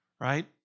right